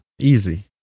Easy